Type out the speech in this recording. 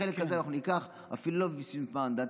בחלק הזה אנחנו ניקח אפילו לא בשביל המנדטים,